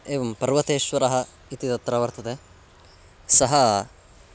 एवं पर्वतेश्वरः इति तत्र वर्तते सः